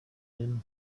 him